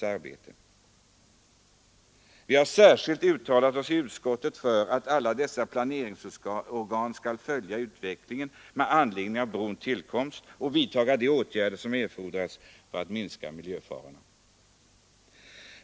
Vi har i utskottet särskilt uttalat oss för att alla dessa planeringsorgan skall följa utvecklingen med anledning av brons tillkomst och vidtaga de åtgärder som erfordras för att minska miljöfarorna.